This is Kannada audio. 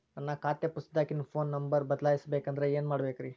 ನನ್ನ ಖಾತೆ ಪುಸ್ತಕದಾಗಿನ ಫೋನ್ ನಂಬರ್ ಬದಲಾಯಿಸ ಬೇಕಂದ್ರ ಏನ್ ಮಾಡ ಬೇಕ್ರಿ?